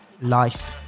life